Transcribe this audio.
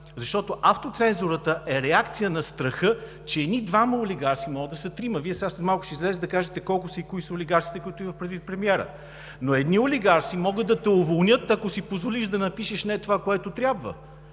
защото автоцензурата е реакция на страха, че едни двама олигарси… Може и да са трима – Вие сега след малко ще излезете да кажете колко са и кои са олигарсите, които има предвид премиерът. Но едни олигарси могат да те уволнят, ако си позволиш да напишеш не това, което трябва.